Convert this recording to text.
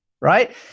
right